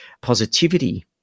positivity